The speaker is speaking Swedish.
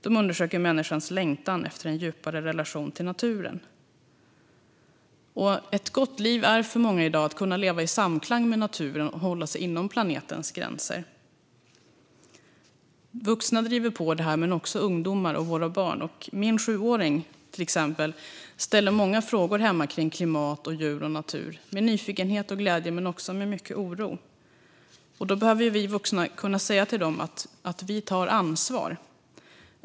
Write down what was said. De undersöker människans längtan efter en djupare relation till naturen. Ett gott liv är för många i dag att kunna leva i samklang med naturen och att hålla sig inom planetens gränser. Vuxna driver på detta, men också ungdomar och våra barn gör det. Min sjuåring, till exempel, ställer många frågor hemma om klimat, djur och natur, med nyfikenhet och glädje men också med mycket oro. Vi vuxna behöver kunna säga till dem att vi tar ansvar.